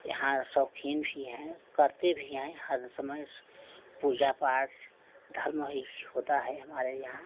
यहाँ शकीन भी हैं करते भी हैं हर समय पूजा पाठ धर्म भी होता है हमारे यहाँ